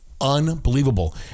unbelievable